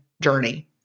journey